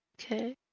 Okay